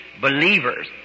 believers